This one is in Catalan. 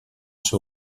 seu